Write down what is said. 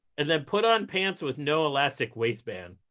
and then put on pants with no elastic waistband?